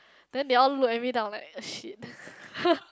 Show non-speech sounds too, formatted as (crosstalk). then they all looked at me then I was like shit (breath)